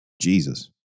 Jesus